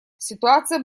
ситуация